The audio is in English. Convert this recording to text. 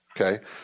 okay